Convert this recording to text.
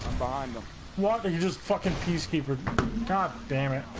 why just talking peacekeeper to don damon